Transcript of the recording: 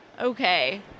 Okay